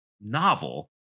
novel